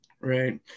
Right